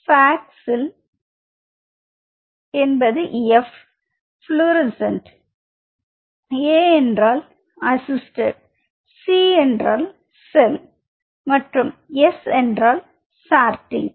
box F fluorescent என்பது A என்றால் assisted C என்றால் செல் மற்றும் S என்றால் சார்ட்டிங்